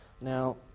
Now